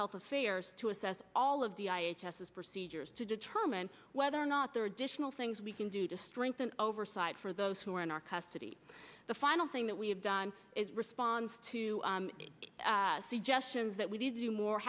health affairs to assess all of the i h s is procedures to determine whether or not there are additional things we can do to strengthen oversight for those who are in our custody the final thing that we have done is response to suggestions that we need to do more